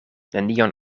nenion